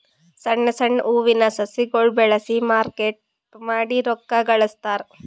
ಸಣ್ಣ್ ಸಣ್ಣ್ ಹೂವಿನ ಸಸಿಗೊಳ್ ಬೆಳಸಿ ಮಾರಾಟ್ ಮಾಡಿ ರೊಕ್ಕಾ ಗಳಸ್ತಾರ್